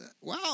Wow